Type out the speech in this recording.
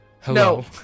hello